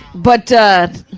but, ah,